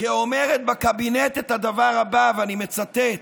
כאומרת בקבינט את הדבר הבא, ואני מצטט: